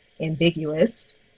ambiguous